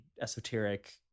esoteric